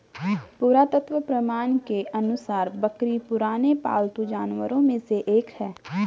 पुरातत्व प्रमाण के अनुसार बकरी पुराने पालतू जानवरों में से एक है